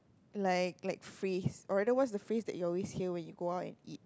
like like phrase or rather what's the phrase that you always hear when you go out and eat